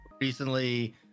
recently